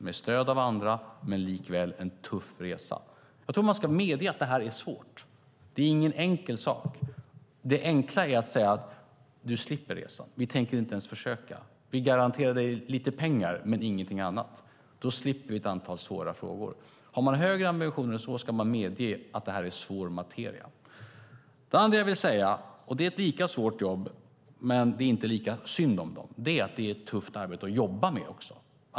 Vi har stöd av andra, men det är likväl en tuff resa. Jag tror att man ska medge att det här är svårt. Det är ingen enkel sak. Det enkla är att säga: Du slipper resa. Vi tänker inte ens försöka. Vi garanterar dig lite pengar men ingenting annat. Då slipper vi ett antal svåra frågor, men har man högre ambitioner än så ska man medge att det här är svår materia. Det andra jag vill säga är att det är ett tufft arbete att jobba med också. Det är ett lika svårt jobb, men det är inte lika synd om dem.